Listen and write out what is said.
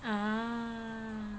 ah